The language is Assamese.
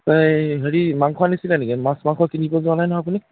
এই হেৰি মাংস আনিছিলে নেকি মাছ মাংস কিনিব যোৱা নাই নহয় আপুনি